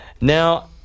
Now